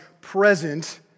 present